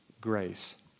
grace